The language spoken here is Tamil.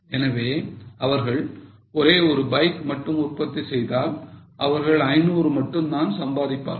எனவே அவர்கள் ஒரே ஒரு பைக் மட்டும் உற்பத்தி செய்தால் அவர்கள் 500 மட்டும் தான் சம்பாதிப்பார்கள்